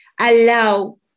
allow